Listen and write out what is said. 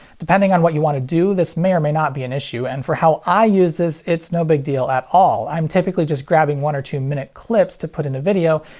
depending on what you want to do this may or may not be an issue, and for how i use this it's no big deal at all. i'm typically just grabbing one or two minute clips to put in a video,